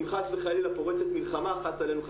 אם חס וחלילה פורצת מלחמה אחת עלינו,